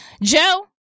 Joe